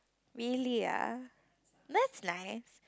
Milia that's nice